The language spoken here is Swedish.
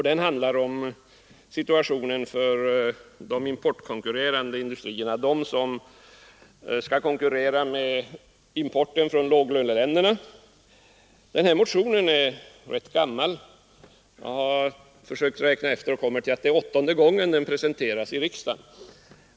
Den handlar om situationen för de importkonkurrerande industrierna, de som skall konkurrera med importen från låglöneländerna. Den här motionen är rätt gammal. Jag har försökt att räkna efter och kommit till att det är åttonde gången som den presenteras för riksdagen.